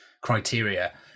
criteria